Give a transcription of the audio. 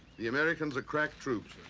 the americans are crack troops,